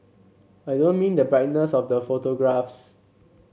I don't mean the brightness of the photographs